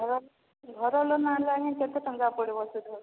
ଘର ଘର ଲୋନ ଆଣିଲେ ଆଜ୍ଞା କେତେ ଟଙ୍କା ପଡ଼ିବ ସୁଧ